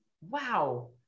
Wow